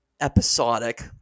episodic